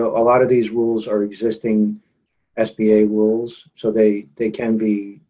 a lot of these rules are existing sba rules. so they they can be,